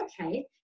Okay